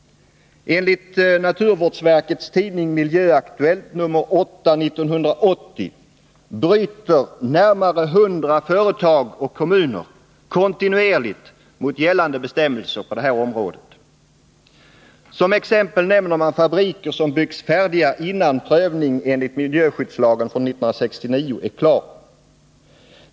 Enligt naturvårdsverkets tidning Miljöaktuellt, nr 8/1980, bryter närmare 100 företag och kommuner kontinuerligt mot gällande bestämmelser på detta område. Som exempel nämner man fabriker som byggs färdiga innan prövning enligt miljöskyddslagen från 1969 är klar.